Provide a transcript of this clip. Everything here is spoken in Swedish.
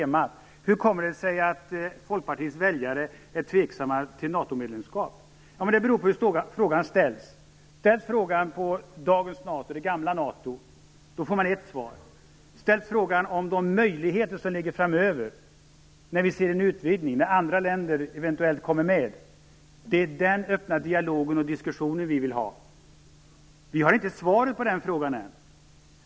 Hon undrade hur det kommer sig att Folkpartiets väljare är tveksamma till ett medlemskap i Det beror på hur frågan ställs. Gäller frågan dagens NATO, det gamla NATO, får man ett svar, gäller den de möjligheter som ligger framöver, med en utvidgning där andra länder eventuellt kommer med, får man ett annat. Det är den öppna dialog och diskussion vi vill ha. Vi har inte svaret på den frågan än.